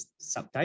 subtype